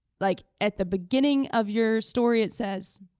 like, at the beginning of your story, it says,